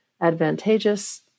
advantageous